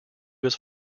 was